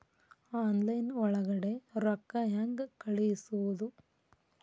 Online ಒಳಗಡೆ ರೊಕ್ಕ ಹೆಂಗ್ ಕಳುಹಿಸುವುದು?